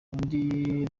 undi